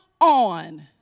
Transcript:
on